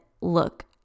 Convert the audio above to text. look